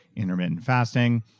intermittent fasting,